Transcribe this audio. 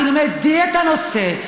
תלמדי את הנושא,